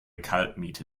kaltmiete